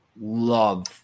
love